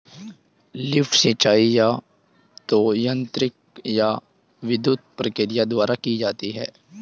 lift सिंचाई या तो यांत्रिक या विद्युत प्रक्रिया द्वारा की जाती है